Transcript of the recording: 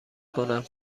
کنم